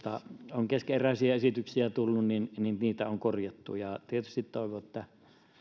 on keskeneräisiä esityksiä tullut ja niitä on korjattu tietysti toivon että